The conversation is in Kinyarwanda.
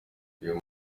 uyu